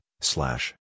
slash